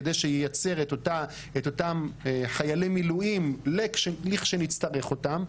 כדי שייצר את אותם חיילי מילואים לכשנצטרך אותם.